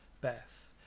Beth